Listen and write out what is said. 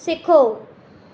सिखो